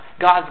God's